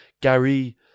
Gary